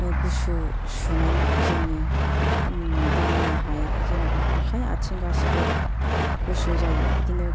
गुसु सुनायजोंनो दांनो हाया जेन'बा आखाइ आथिं गासैबो गुसु जायो बिदिनो